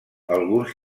alguns